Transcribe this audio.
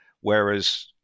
Whereas